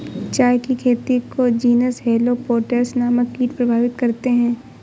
चाय की खेती को जीनस हेलो पेटल्स नामक कीट प्रभावित करते हैं